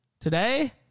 today